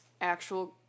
actual